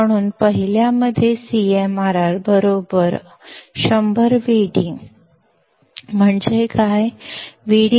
म्हणून पहिल्यामध्ये CMRR बरोबर 100 Vd म्हणजे काय